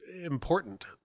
important